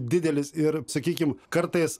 didelis ir sakykim kartais